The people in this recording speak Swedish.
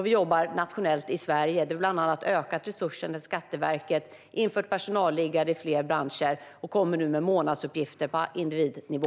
Vi jobbar också nationellt i Sverige, där vi bland annat har ökat resurserna till Skatteverket och infört personalliggare i fler branscher, och det blir nu månadsuppgifter på individnivå.